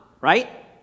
right